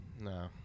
No